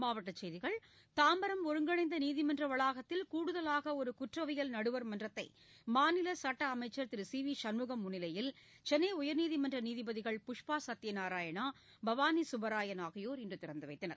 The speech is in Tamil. மாவட்டச் செய்திகள் தாம்பரம் ஒருங்கினைந்த நீதிமன்ற வளாகத்தில் கூடுதவாக ஒரு குற்றவியல் நடுவர் மன்றத்தை மாநில சுட்ட அமைச்சர் திரு சி வி சண்முகம் முன்னிலையில் சென்ளை உயர்நீதிமன்ற நீதிபதிகள் புஷ்பா சத்யநாராயணா பவானி சுப்பராயன் ஆகியோர் இன்று திறந்து வைத்தனர்